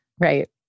Right